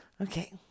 Okay